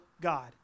God